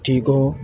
ਠੀਕ ਹੋ